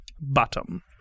Bottom